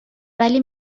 ولی